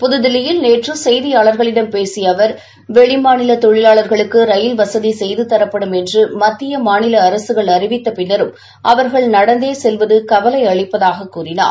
புதுதில்லியில் நேற்று செய்தியாளர்களிடம் பேசிய அவர் வெளிமாநில தொழிலாளர்களுக்கு ரயில் வசதி செய்து தரப்படும் என்று மத்திய மாநில அரசுகள் அறிவித்த பின்னரும் அவா்கள் நடந்தே செல்வது கவலை அளிப்பதாக கூறினார்